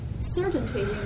certainty